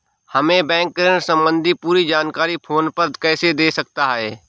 हमें बैंक ऋण संबंधी पूरी जानकारी फोन पर कैसे दे सकता है?